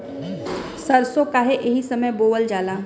सरसो काहे एही समय बोवल जाला?